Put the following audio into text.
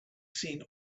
seen